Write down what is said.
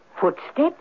Footsteps